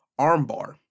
armbar